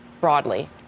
broadly